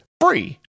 free